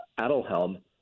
Adelhelm